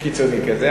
קיצוני כזה,